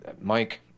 Mike